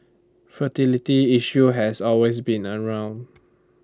fertility issues has always been around